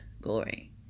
glory